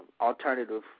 Alternative